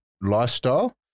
lifestyle